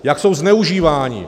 Jak jsou zneužíváni.